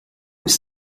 ist